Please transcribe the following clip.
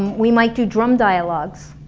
we might do drum dialogues,